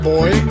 Boy